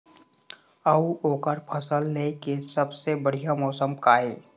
अऊ ओकर फसल लेय के सबसे बढ़िया मौसम का ये?